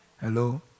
Hello